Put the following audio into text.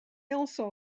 also